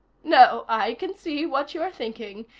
no. i can see what you're thinking.